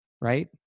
right